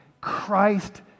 Christ